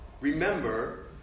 Remember